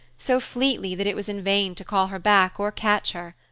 so fleetly that it was in vain to call her back or catch her.